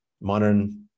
modern